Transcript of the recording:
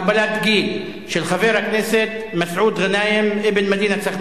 הגבלת גיל של חבר הכנסת מסעוד גנאים אבן מדינת סח'נין.